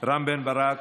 רם בן-ברק,